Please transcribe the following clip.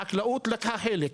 חקלאות לקחה חלק,